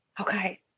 Okay